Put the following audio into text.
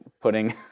putting